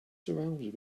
surrounded